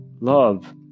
love